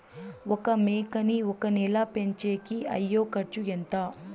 ఒక మేకని ఒక నెల పెంచేకి అయ్యే ఖర్చు ఎంత?